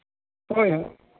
ᱦᱳᱭ ᱦᱚᱭ